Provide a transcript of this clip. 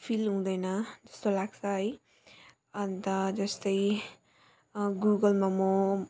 feel हुँदैन त्यस्तो लाग्छ है अनि त जस्तै गुगलमा म